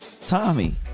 tommy